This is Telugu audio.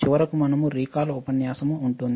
చివరకు మనకు రీకాల్ ఉపన్యాసం ఉంటుంది